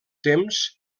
temps